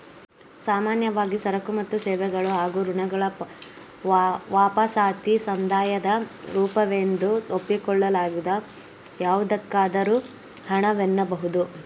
ಸಾಮಾನ್ಯವಾಗಿ ಸರಕು ಮತ್ತು ಸೇವೆಗಳು ಹಾಗೂ ಋಣಗಳ ವಾಪಸಾತಿ ಸಂದಾಯದ ರೂಪವೆಂದು ಒಪ್ಪಿಕೊಳ್ಳಲಾಗದ ಯಾವುದಕ್ಕಾದರೂ ಹಣ ವೆನ್ನಬಹುದು